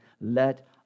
Let